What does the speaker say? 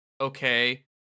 okay